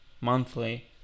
monthly